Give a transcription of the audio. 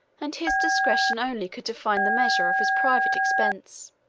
and his discretion only could define the measure of his private expense.